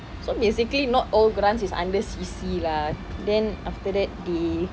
so basically not all grants is under C_C lah then after that they